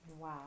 Wow